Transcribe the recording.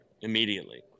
immediately